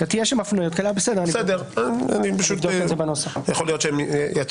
נראה איך ננסח את זה.